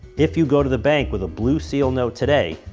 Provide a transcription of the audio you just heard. if you go to the bank with a blue seal note today,